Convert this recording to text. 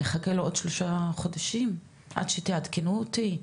נחכה לעוד שלושה חודשים עד שתעדכנו אותי?